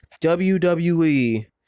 WWE